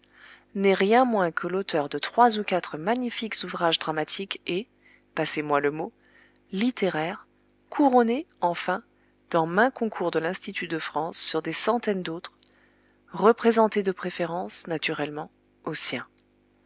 n'est rien moins que l'auteur de trois ou quatre magnifiques ouvrages dramatiques et passez-moi le mot littéraires couronnés enfin dans maints concours de l'institut de france sur des centaines d'autres représentés de préférence naturellement aux siens